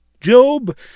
Job